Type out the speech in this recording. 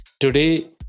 Today